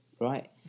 right